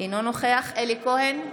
אינו נוכח אלי כהן,